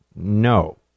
No